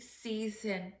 season